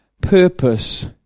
purpose